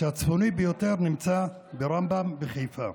הצפוני ביותר נמצא ברמב"ם בחיפה.